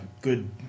good